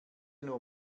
nur